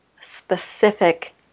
specific